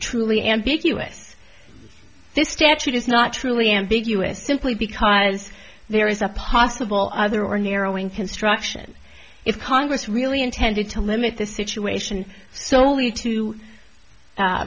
truly ambiguous this statute is not truly ambiguous simply because there is a possible other or narrowing construction if congress really intended to limit the situation so